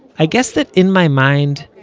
i guess that, in my mind,